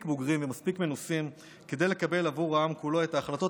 בוגרים ומספיק מנוסים כדי לקבל עבור העם כולו את ההחלטות